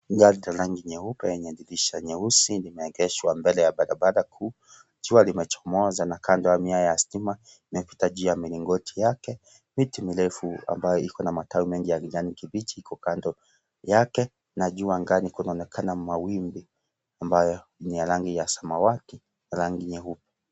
Gari la rangi nyeupe yenye dirisha nyeusi limeegeshwa mbele ya barabara kuu, jua limechomoza na kando ya miaya ya stima imepita juu ya milingoti yake, miti mirefu ambayo iko na matawi ya kijani kibichi iko kando yake na juu angani kunaonekna mawimbi ambayo ni ya rangi ya samawati, rangi nyeupe.